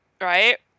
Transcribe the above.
Right